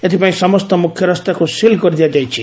ଏଥିପାଇଁ ସମସ୍ତ ମୁଖ୍ୟରାସ୍ତାକୁ ସିଲ୍ କରିଦିଆଯାଇଛି